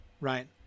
right